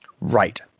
Right